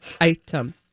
Item